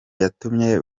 yatumye